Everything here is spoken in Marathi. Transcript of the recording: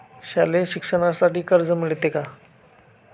शालेय शिक्षणासाठी कर्ज मिळते का?